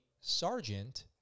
Sergeant